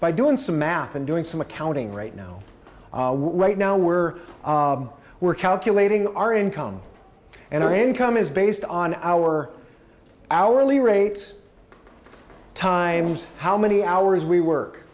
doing some math and doing some accounting right now right now we're we're calculating our income and our hand come is based on our hourly rate times how many hours we work